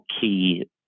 key